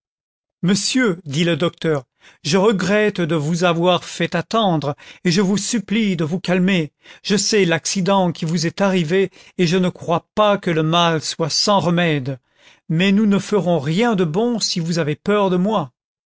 monsieur dit le docteur je regrette de vous avoir fait attendre et je vous supplie de vous calmer je sais l'accident qui vous est arrivé et je ne crois pas que le mal soit sans remède mais nous ne ferons rien de bon si vous avez peur de moi